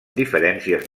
diferències